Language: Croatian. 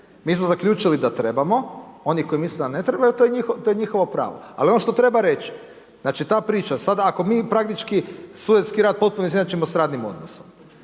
Mi smo zaključili da trebamo, oni koji misle da ne trebaju to je njihovo pravo. Ali ono što treba reći, znači ta priča, sada ako mi praktički studentski rad potpuno izjednačimo sa radnim odnosom,